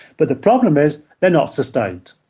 but the problem is they are not sustained.